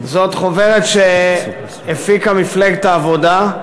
זאת חוברת שהפיקה מפלגת העבודה,